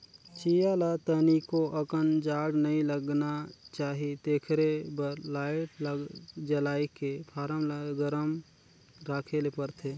चीया ल तनिको अकन जाड़ नइ लगना चाही तेखरे बर लाईट जलायके फारम ल गरम राखे ले परथे